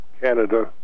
Canada